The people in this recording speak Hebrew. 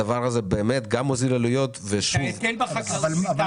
הדבר הזה גם מוזיל עלויות ושוב --- אבל כן בחקלאות בוטל.